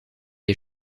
est